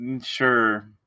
Sure